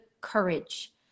courage